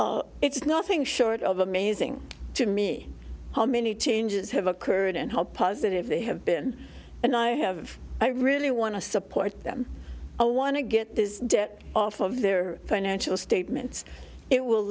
nothing short of amazing to me how many changes have occurred and how positive they have been and i have i really want to support them a want to get this debt off of their financial statements it will